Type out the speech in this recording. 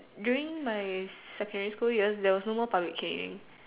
during my secondary school there was no more public caning